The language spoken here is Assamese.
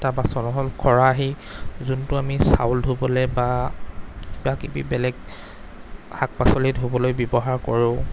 আৰু এটা বাচন হ'ল খৰাহি যোনটো আমি চাউল ধুবলৈ বা কিবাকিবি বেলেগ শাক পাচলি ধুবলৈ ব্যৱহাৰ কৰোঁ